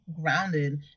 grounded